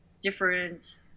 different